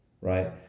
right